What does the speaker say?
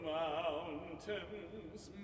mountains